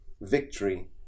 victory